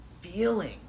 feeling